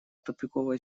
тупиковая